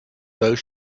though